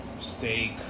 steak